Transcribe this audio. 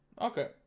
Okay